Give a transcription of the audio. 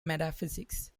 metaphysics